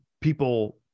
people